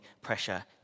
pressure